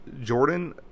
Jordan